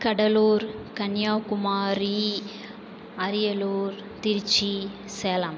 Cuddalore Kanyakumari Ariyalur Trichy Salem